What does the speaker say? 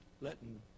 letting